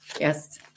yes